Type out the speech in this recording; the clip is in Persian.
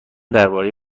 درباره